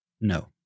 No